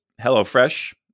HelloFresh